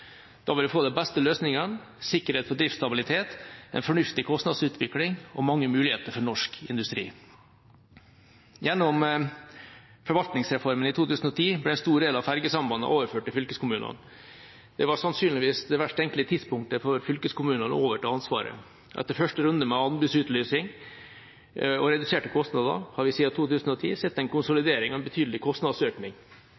Da vil vi få de beste løsningene, sikkerhet for driftsstabiliteten, en fornuftig kostnadsutvikling og mange muligheter for norsk industri. Gjennom forvaltningsreformen i 2010 ble en stor del av fergesambandene overført til fylkeskommunene. Det var sannsynligvis det verst tenkelige tidspunktet for fylkeskommunene å overta ansvaret. Etter første runde med anbudsutlysning og reduserte kostnader har vi siden 2010 sett en